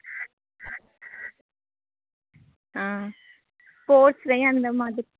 ம் ஸ்போர்ட்ஸுலேயும் அந்த மாதிரி